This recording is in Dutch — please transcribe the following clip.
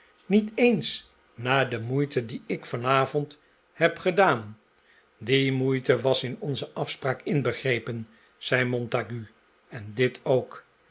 niet eens na de moeite die ik vanavond heb gedaan die moeite was in onze afspraak inbegrepen zei montague en dit ook